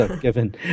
given